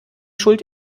schuld